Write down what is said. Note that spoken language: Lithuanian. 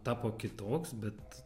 tapo kitoks bet